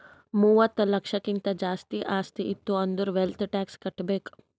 ಮೂವತ್ತ ಲಕ್ಷಕ್ಕಿಂತ್ ಜಾಸ್ತಿ ಆಸ್ತಿ ಇತ್ತು ಅಂದುರ್ ವೆಲ್ತ್ ಟ್ಯಾಕ್ಸ್ ಕಟ್ಬೇಕ್